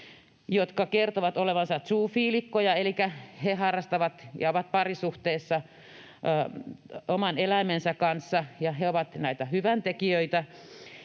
jotka kertovat olevansa zoofiilikkoja, elikkä he harrastavat ja ovat parisuhteessa oman eläimensä kanssa ja he ovat näitä ”hyväntekijöitä”,